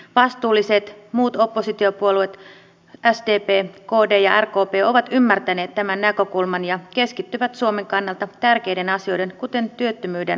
vastuulliset muut oppositiopuolueet sdp kd ja rkp ovat ymmärtäneet tämän näkökulman ja keskittyvät suomen kannalta tärkeiden asioiden kuten työttömyyden ratkaisemiseen